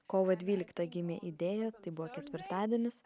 kovo dvyliktą gimė idėja tai buvo ketvirtadienis